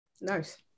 Nice